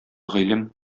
гыйлем